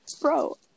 Bro